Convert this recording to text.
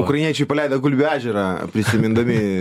ukrainiečiai paleido gulbių ežerą prisimindami